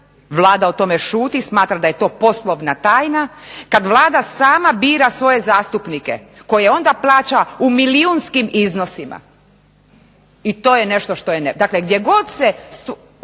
Vlada o tome šuti, smatra da je to poslovna tajna, kad Vlada sama bira svoje zastupnike koje onda plaća u milijunskim iznosima. I to je nešto što je